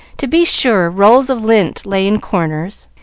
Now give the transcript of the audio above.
to be sure, rolls of lint lay in corners,